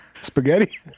Spaghetti